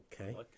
okay